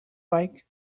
like